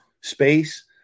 space